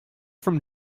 from